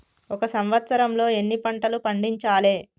ఒక సంవత్సరంలో ఎన్ని పంటలు పండించాలే?